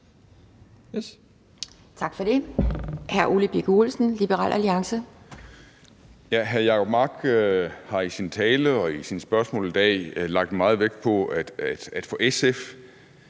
Tak for det.